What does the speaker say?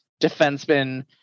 defensemen